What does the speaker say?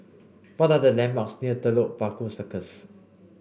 what are the landmarks near Telok Paku Circus